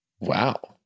Wow